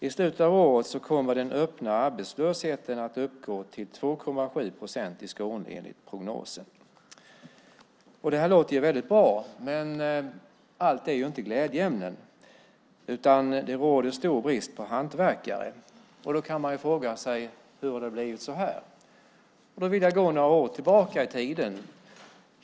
I slutet av året kommer den öppna arbetslösheten i Skåne att uppgå till 2,7 procent enligt prognosen. Det låter ju väldigt bra, men allt är inte glädjeämnen. Det råder stor brist på hantverkare. Då kan man fråga sig hur det har blivit så här. Jag vill gå några år tillbaka i tiden.